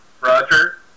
Roger